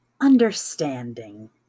understanding